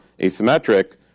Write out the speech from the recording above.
asymmetric